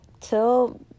till